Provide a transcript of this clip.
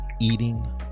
eating